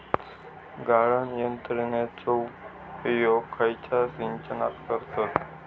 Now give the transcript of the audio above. गाळण यंत्रनेचो उपयोग खयच्या सिंचनात करतत?